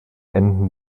enden